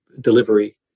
delivery